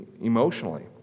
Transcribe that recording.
emotionally